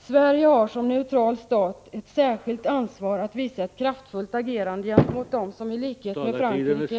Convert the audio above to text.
Sverige har som neutral stat ett särskilt ansvar att visa ett kraftfullt agerande gentemot den som i likhet med Frankrike ——-—